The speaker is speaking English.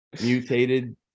mutated